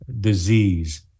disease